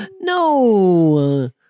No